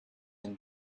and